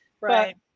Right